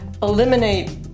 eliminate